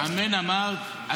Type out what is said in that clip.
אמן, אמרת?